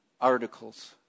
articles